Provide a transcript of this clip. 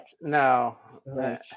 no